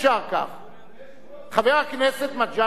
אדוני היושב-ראש, חבר הכנסת מג'אדלה, אי-אפשר.